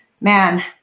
man